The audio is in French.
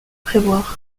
prévoir